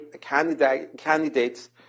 candidates